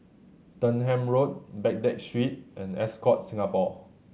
Denham Road Baghdad Street and Ascott Singapore